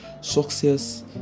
Success